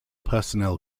personnel